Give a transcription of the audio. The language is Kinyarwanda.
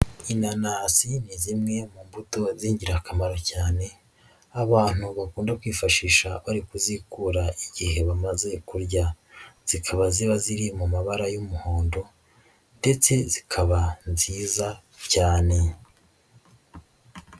Inanasi ni zimwe mu mbuto z'ingirakamaro cyane abantu bakunda kwifashisha bari kuzikura igihe bamaze kurya, zikaba ziba ziri mu mabara y'umuhondo ndetse zikaba nziza cyane.